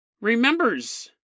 remembers